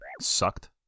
sucked